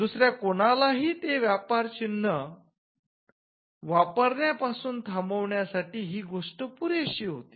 दुसऱ्या कुणालाही ते व्यापार चिन्ह वापारण्यापासून थांबविण्यासाठी ही गोष्ट पुरेशी होती